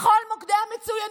בכל מוקדי המצוינות,